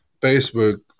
Facebook